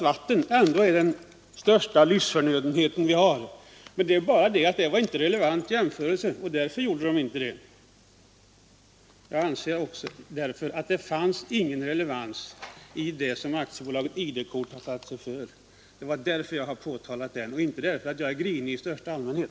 Vatten är ju vår viktigaste livsförnödenhet, men det hade inte varit en relevant jämförelse, och därför gjorde företaget inte en sådan jämförelse. Jag anser inte heller att det fanns någon relevans i det som AB ID-kort företog sig. Det är därför jag påtalat annonseringen och inte därför att jag är grinig i största allmänhet.